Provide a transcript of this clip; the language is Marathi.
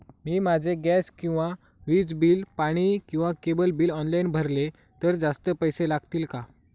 मी माझे गॅस किंवा वीज किंवा पाणी किंवा केबल बिल ऑनलाईन भरले तर जास्त पैसे लागतील का?